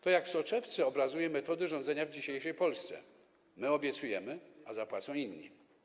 To jak w soczewce obrazuje metody rządzenia w dzisiejszej Polsce: my obiecujemy, a zapłacą inni.